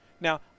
Now